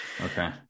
Okay